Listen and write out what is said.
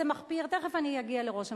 תיכף אני אגיע לראש הממשלה,